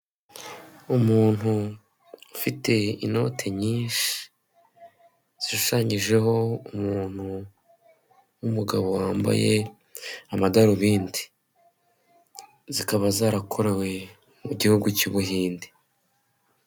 Umuntu ufite inote nyinshi zishushanyijeho umuntu w'umugabo wambaye amadarobindi zikaba zarakorewe mu gihugu cy'Ubuhinde.